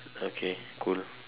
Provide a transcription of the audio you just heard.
okay cool